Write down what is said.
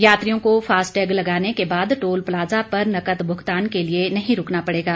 यात्रियों को फास्टैग लगाने के बाद टोल प्लाजा पर नकद भुगतान के लिए रूकना नहीं पड़ेगा